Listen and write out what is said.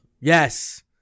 Yes